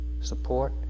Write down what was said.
support